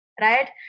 right